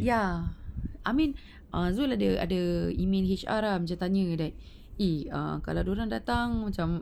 ya I mean err zul dia ada ada email H_R ah macam tanya that eh kalau dia orang datang macam